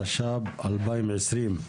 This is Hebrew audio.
התש"ף-2020,